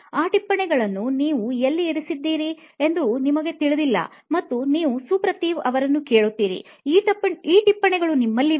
ಆ ಟಿಪ್ಪಣಿಗಳನ್ನು ನೀವು ಎಲ್ಲಿ ಇರಿಸಿದ್ದೀರಿ ಎಂದು ನಿಮಗೆ ತಿಳಿದಿಲ್ಲ ಮತ್ತು ನೀವು ಸುಪ್ರತಿವ್ ಅವರನ್ನು ಕೇಳುತ್ತೀರಿ ಈ ಟಿಪ್ಪಣಿಗಳು ನಿಮ್ಮಲ್ಲಿವೆ